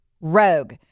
rogue